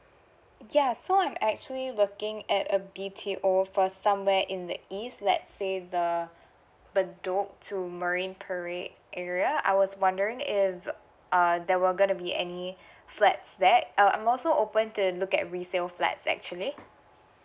ya so I'm actually looking at a detail offer somewhere in the east let say the bedok to marine parade area I was wondering if uh there were gonna be any flats there um also open to look at resale flat actually